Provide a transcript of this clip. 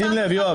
שים לב, יואב.